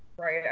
Right